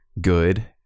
good